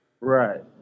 Right